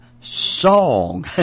song